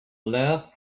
left